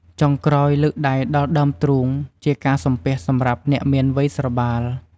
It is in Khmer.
ចុងក្រោយ លើកដៃដល់ដើមទ្រូង ជាការសំពះសម្រាប់អ្នកមានវ័យស្របាល។